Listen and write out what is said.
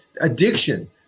addiction